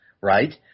right